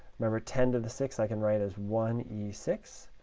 remember, ten to the six i can write as one e six,